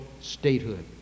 statehood